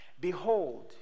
Behold